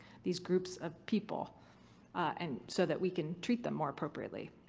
these groups of people and so that we can treat them more appropriately?